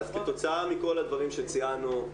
כתוצאה מכל הדברים שציינו,